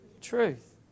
Truth